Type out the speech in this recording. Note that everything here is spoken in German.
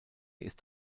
ist